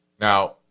now